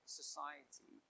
society